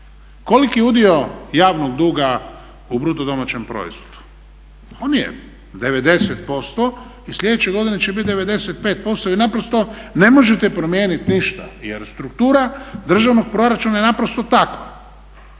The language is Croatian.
Koliki je udio javnog duga u BDP-u? On je 90% i sljedeće godine će bit 95% i naprosto ne možete promijenit ništa jer struktura državnog proračuna je naprosto takva.